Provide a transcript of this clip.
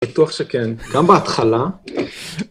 בטוח שכן, גם בהתחלה.